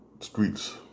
streets